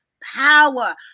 power